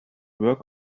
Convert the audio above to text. work